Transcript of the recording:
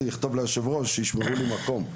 לכתוב ליושב הראש שיישמרו לי מקום.